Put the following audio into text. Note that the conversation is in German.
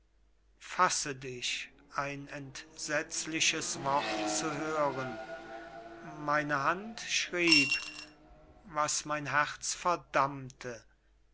brief fasse dich ein entsetzliches wort zu hören meine hand schrieb was mein herz